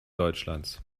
deutschlands